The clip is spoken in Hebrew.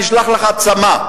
נשלח לך צמ"ה,